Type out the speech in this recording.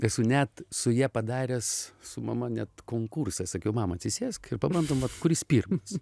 esu net su ja padaręs su mama net konkursą sakiau mama atsisėsk ir pabandom vat kuris pirmas